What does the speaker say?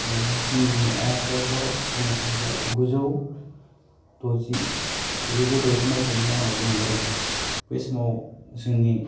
ओह जोंनि आइ आफायाथ' बुंनो थाङोब्ला जिगुजौ द'जि जिगुजौ द'जि माइथायनि उनाव जोनोम जादोंमोन बै समाव जोंनि